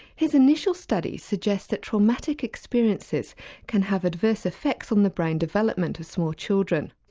his initial studies suggest that traumatic experiences can have adverse effects on the brain development of small children.